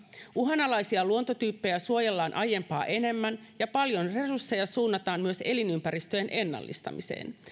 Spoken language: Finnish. uhanalaisia luontotyyppejä suojellaan aiempaa enemmän ja paljon resursseja suunnataan myös elinympäristöjen ennallistamiseen